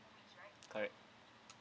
correct